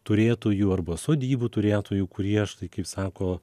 turėtųjų arba sodybų turėtojų kurie štai kaip sako